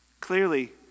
Clearly